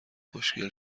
خوشگل